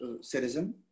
citizen